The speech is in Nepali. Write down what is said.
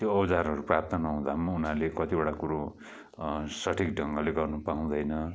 त्यो औजारहरू प्राप्त नहुँदा पनि उनीहरूले कतिवटा कुरो सठिक ढङ्गले गर्न पाउँदैन